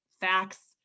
facts